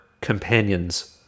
companions